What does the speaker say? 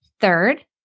Third